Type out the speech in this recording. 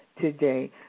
today